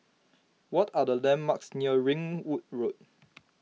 what are the landmarks near Ringwood Road